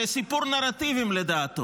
זה סיפור נרטיבים לדעתו,